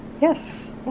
Yes